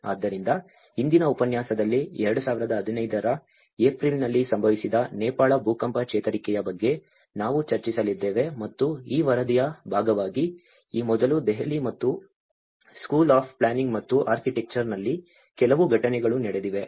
ಆದ್ದರಿಂದ ಇಂದಿನ ಉಪನ್ಯಾಸದಲ್ಲಿ 2015 ರ ಏಪ್ರಿಲ್ನಲ್ಲಿ ಸಂಭವಿಸಿದ ನೇಪಾಳ ಭೂಕಂಪದ ಚೇತರಿಕೆಯ ಬಗ್ಗೆ ನಾವು ಚರ್ಚಿಸಲಿದ್ದೇವೆ ಮತ್ತು ಈ ವರದಿಯ ಭಾಗವಾಗಿ ಈ ಮೊದಲು ದೆಹಲಿ ಮತ್ತು ಸ್ಕೂಲ್ ಆಫ್ ಪ್ಲಾನಿಂಗ್ ಮತ್ತು ಆರ್ಕಿಟೆಕ್ಚರ್ನಲ್ಲಿ ಕೆಲವು ಘಟನೆಗಳು ನಡೆದಿವೆ